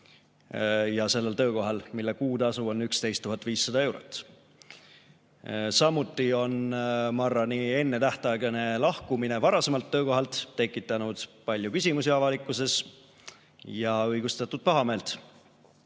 sellel töökohal, mille kuutasu on 11 500 eurot. Samuti on Marrani ennetähtaegne lahkumine varasemalt töökohalt tekitanud palju küsimusi avalikkuses ja õigustatud pahameelt.